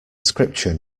scripture